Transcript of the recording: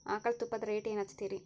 ಆಕಳ ತುಪ್ಪದ ರೇಟ್ ಏನ ಹಚ್ಚತೀರಿ?